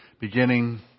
beginning